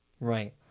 right